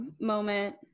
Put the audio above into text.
moment